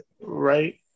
Right